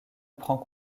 prend